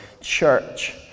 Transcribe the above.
church